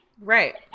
right